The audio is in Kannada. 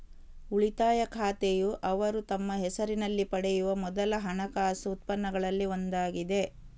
ಉಳಿತಾಯ ಖಾತೆಯುಅವರು ತಮ್ಮ ಹೆಸರಿನಲ್ಲಿ ಪಡೆಯುವ ಮೊದಲ ಹಣಕಾಸು ಉತ್ಪನ್ನಗಳಲ್ಲಿ ಒಂದಾಗಿದೆ